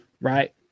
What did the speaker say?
right